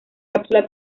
cápsula